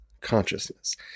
consciousness